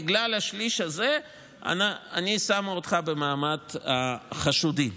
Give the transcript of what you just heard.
בגלל השליש הזה אני שמה אותך במעמד החשודים.